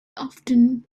often